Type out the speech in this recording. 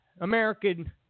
American